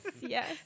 yes